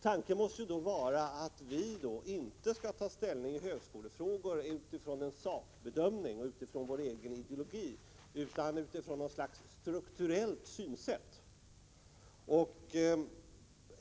Tanken måste då vara att vi inte skall ta ställning i högskolefrågor utifrån en sakbedömning och utifrån vår egen ideologi utan utifrån något slags strukturell utgångspunkt.